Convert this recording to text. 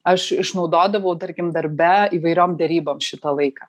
aš išnaudodavau tarkim darbe įvairiom derybom šitą laiką